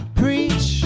preach